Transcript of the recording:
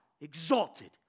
exalted